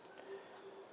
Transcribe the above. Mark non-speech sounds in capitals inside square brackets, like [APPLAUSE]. [BREATH]